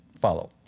follow